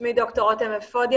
שמי ד"ר רותם אפודי,